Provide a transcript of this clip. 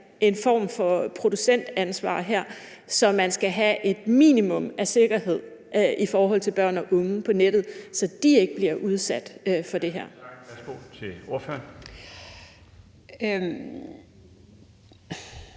en form for producentansvar her, så man skal have et minimum af sikkerhed i forhold til børn og unge på nettet, så de ikke bliver udsat for det her?